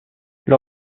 des